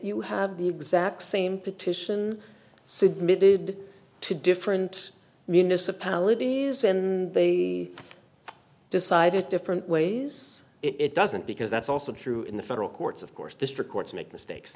you have the exact same petition submitted to different municipalities and the decided different ways it doesn't because that's also true in the federal courts of course district courts make mistakes